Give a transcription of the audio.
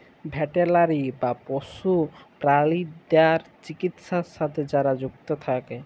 veterinary বা পশু প্রালিদ্যার চিকিৎছার সাথে যারা যুক্ত থাক্যে